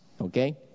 Okay